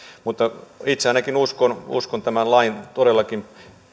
mutta itse ainakin uskon uskon tämän lain todellakin